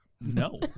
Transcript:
no